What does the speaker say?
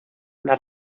las